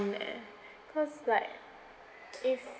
eh cause like if